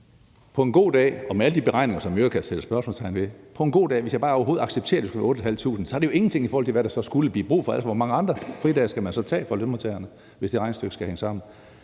det er løsningen – med alle de beregninger, man i øvrigt kan sætte spørgsmålstegn ved. På en god dag – hvis jeg overhovedet accepterer, at det skulle være 8.500 – er det jo ingenting, i forhold til hvad der så skulle blive brug for. Hvor mange andre fridage skal man så tage fra lønmodtagerne, hvis det regnestykke skal hænge sammen?